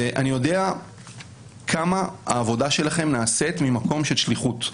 ואני יודע כמה העבודה שלכם נעשית ממקום של שליחות.